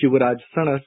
Shivraj Sanas